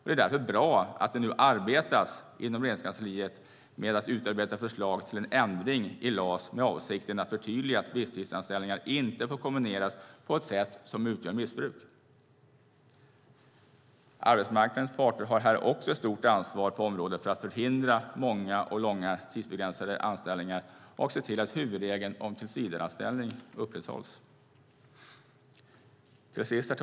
Det är därför bra att det nu inom Regeringskansliet arbetas med att utforma förslag till en ändring i LAS med avsikten att förtydliga att visstidsanställningar inte får kombineras på ett sätt som utgör missbruk. Arbetsmarknadens parter har också ett stort ansvar på området för att förhindra att det blir många och långa tidsbegränsade anställningar och se till att huvudregeln om tillsvidareanställning upprätthålls. Herr talman!